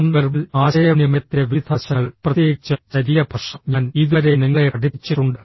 non verbal ആശയവിനിമയത്തിന്റെ വിവിധ വശങ്ങൾ പ്രത്യേകിച്ച് ശരീരഭാഷ ഞാൻ ഇതുവരെ നിങ്ങളെ പഠിപ്പിച്ചിട്ടുണ്ട്